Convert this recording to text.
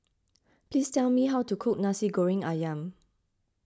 please tell me how to cook Nasi Goreng Ayam